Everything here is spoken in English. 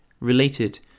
related